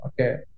Okay